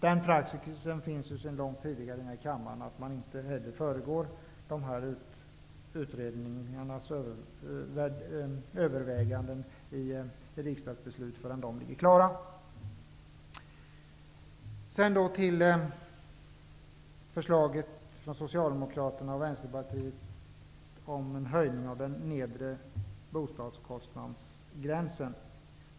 Den praxisen finns ju sedan länge i den här kammaren att man inte med riksdagsbeslut föregår utredningars överväganden. Socialdemokraterna och Vänsterpartiet föreslår en höjning av den nedre bostadskostnadsgränsen.